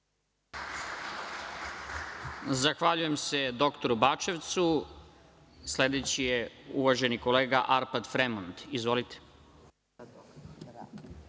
Zahvaljujem se dr Bačevcu. Sledeći je uvaženi kolega Arpad Fremond. Izvolite.